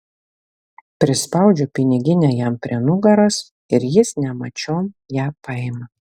prispaudžiu piniginę jam prie nugaros ir jis nemačiom ją paima